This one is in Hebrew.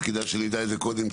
אז כדאי שנדע את זה קודם,